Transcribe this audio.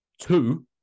Two